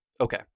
Okay